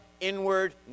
inward